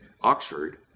Oxford